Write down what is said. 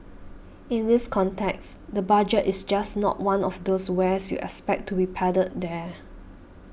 in this context the budget is just not one of those wares you expect to be peddled there